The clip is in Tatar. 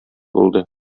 булды